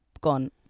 gone